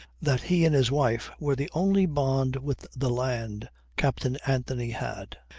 that he and his wife were the only bond with the land captain anthony had.